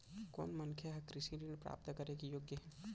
कोन मनखे ह कृषि ऋण प्राप्त करे के योग्य हे?